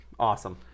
awesome